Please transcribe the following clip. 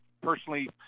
Personally